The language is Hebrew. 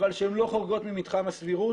אבל שהן לא חורגות ממתחם הסבירות.